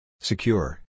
Secure